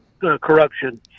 Corruption